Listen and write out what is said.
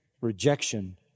rejection